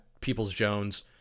Peoples-Jones